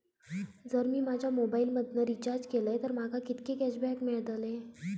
जर मी माझ्या मोबाईल मधन रिचार्ज केलय तर माका कितके कॅशबॅक मेळतले?